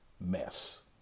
mess